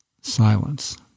Silence